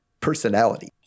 personality